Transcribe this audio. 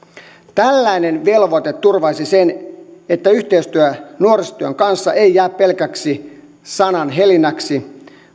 tällainen velvoite turvaisi sen että yhteistyö nuorisotyön kanssa ei jää pelkäksi sanahelinäksi